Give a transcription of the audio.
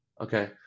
okay